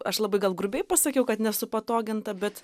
aš labai gal grubiai pasakiau kad nesupatogintą bet